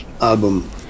album